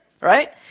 Right